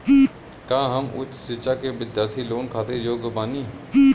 का हम उच्च शिक्षा के बिद्यार्थी लोन खातिर योग्य बानी?